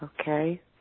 Okay